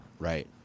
right